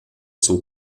zum